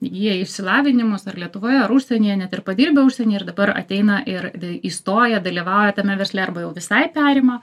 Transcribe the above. įgiję išsilavinimus ar lietuvoje ar užsienyje net ir padirbę užsienyje ir dabar ateina ir v įstoja dalyvauja tame versle arba jau visai perima